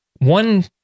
One